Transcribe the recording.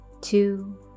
two